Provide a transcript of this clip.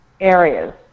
areas